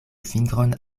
fingron